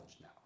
now